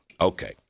Okay